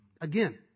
again